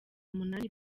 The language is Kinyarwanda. umunani